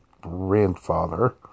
grandfather